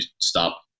stop